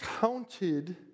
counted